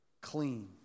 clean